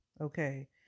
Okay